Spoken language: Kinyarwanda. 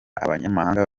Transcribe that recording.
abanyamahanga